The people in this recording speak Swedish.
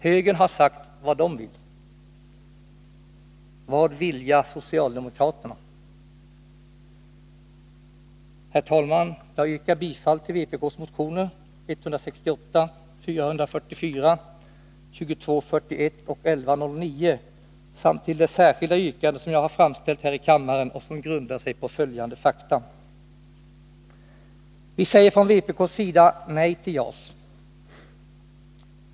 Högern har sagt vad den vill. ”Vad vilja socialdemokraterna?” Herr talman! Jag hemställer om bifall till vpk:s motioner 168, 444, 2241 och 1109 samt till följande yrkande: Mitt yrkande grundar sig på följande fakta: Vi säger från vpk:s sida nej till JAS.